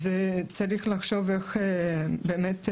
צריך לחשוב איך באמת אנחנו,